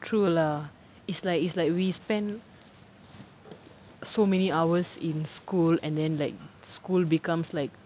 true lah it's like it's like we spent so many hours in school and then like school becomes like